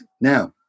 now